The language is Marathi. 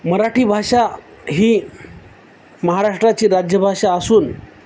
मराठी भाषा ही महाराष्ट्राची राज्यभाषा असून